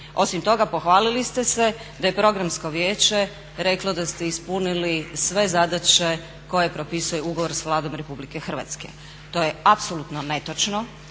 Osim toga, pohvalili ste se da je programsko vijeće reklo da ste ispunili sve zadaće koje propisuje ugovor sa Vladom Republike Hrvatske. To je apsolutno netočno